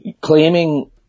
claiming